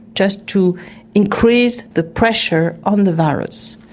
just to increase the pressure on the virus.